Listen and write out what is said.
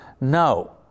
No